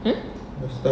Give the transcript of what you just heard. !huh!